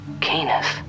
Canis